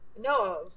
no